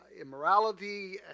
immorality